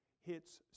hits